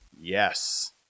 yes